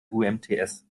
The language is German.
umts